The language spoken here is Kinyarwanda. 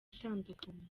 itandukanye